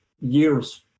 years